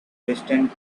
distant